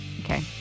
Okay